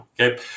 Okay